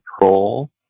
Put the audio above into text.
control